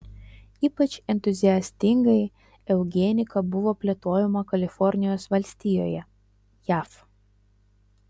ypač entuziastingai eugenika buvo plėtojama kalifornijos valstijoje jav